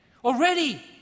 Already